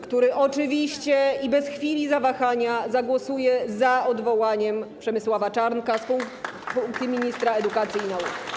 który oczywiście i bez chwili zawahania zagłosuje za odwołaniem Przemysława Czarnka z funkcji ministra edukacji i nauki.